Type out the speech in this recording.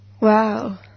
Wow